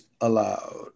allowed